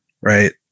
right